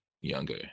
younger